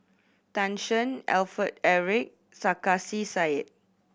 Tan Shen Alfred Eric Sarkasi Said